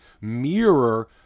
mirror